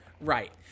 right